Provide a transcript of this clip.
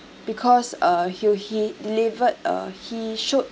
because uh he'll he delivered uh he showed